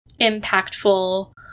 impactful